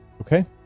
Okay